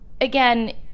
again